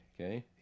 okay